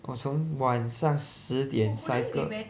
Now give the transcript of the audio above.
我从晚上十点 cycle